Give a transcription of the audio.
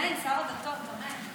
מתנגדים ונמנעים.